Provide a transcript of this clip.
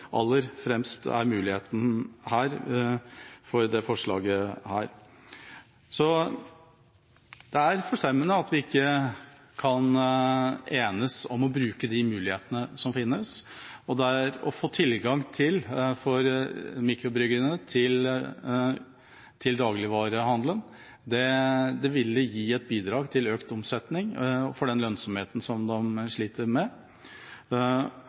fremst er muligheten ved dette forslaget. Det er forstemmende at vi ikke kan enes om å bruke de mulighetene som finnes. For mikrobryggeriene ville det å få tilgang til dagligvarehandelen gi et bidrag til økt omsetning og bedre lønnsomheten, som de sliter med,